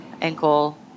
ankle